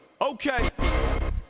Okay